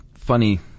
funny